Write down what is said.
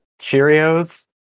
Cheerios